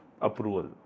approval